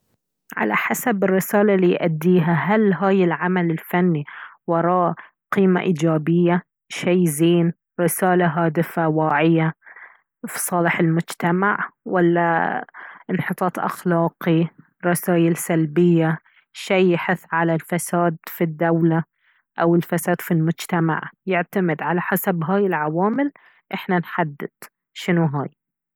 على حسب الرسالة اللي يأديها هل هاي العمل الفني وراه قيمة إيجابية شي زين رسالة هادفة واعية في صالح المجتمع ولا انحطاط أخلاقي رسائل سلبية شي يحث على الفساد في الدولة أو الفساد في المجتمع يعتمد على حسب هاي العوامل احنا نحدد شنو هاي